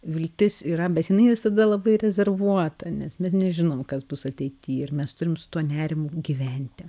viltis yra bet jinai visada labai rezervuota nes mes nežinom kas bus ateity ir mes turim su tuo nerimu gyventi